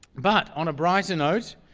but on a brighter note,